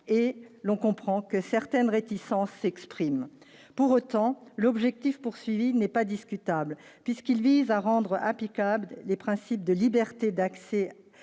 et l'on comprend que certaines réticences s'expriment pour autant l'objectif poursuivi n'est pas discutable puisqu'il vise à rendre applicable, les principes de liberté d'accès